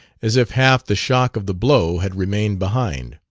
as if half the shock of the blow had remained behind.